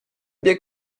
bieg